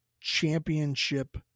championship